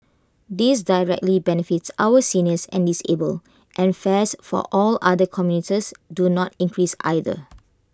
this directly benefits our seniors and disabled and fares for all other commuters do not increase either